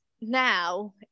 now